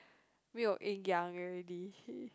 没有营养:meiyou yingyang already he